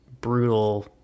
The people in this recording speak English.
brutal